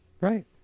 Right